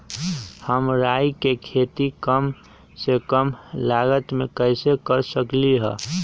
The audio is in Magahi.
हम राई के खेती कम से कम लागत में कैसे कर सकली ह?